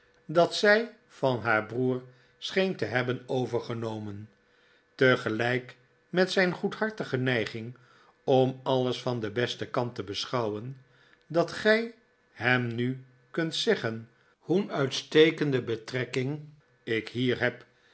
dat zij van haar maarten chuzzlewit taroer scheen te hebben overgenomen tegelijk met zijn goedhartige neiging om alles van den besten kant te beschouwen dat gij hem nu kunt zeggen hoe'n uitstekende betrekking ik hier heb